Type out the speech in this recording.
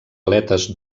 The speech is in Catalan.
aletes